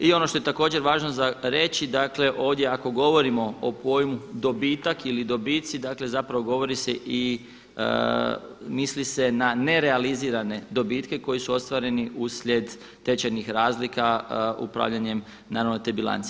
I ono što je također važno za reći, dakle ovdje ako govorimo o pojmu dobitak ili dobici dakle zapravo govori se i misli se na nerealizirane dobitke koji su ostvareni uslijed tečajnih razlika upravljanjem naravno te bilance.